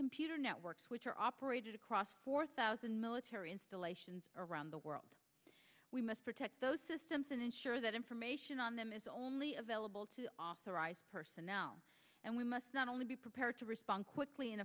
computer network switcher operated across four thousand military installations around the world we must protect those systems and ensure that information on them is only available to authorized personnel and we must not only be prepared to respond quickly and